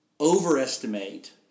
overestimate